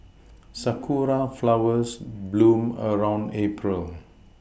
sakura flowers bloom around April